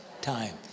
time